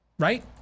right